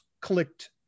clicked